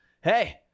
hey